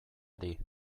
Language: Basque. ari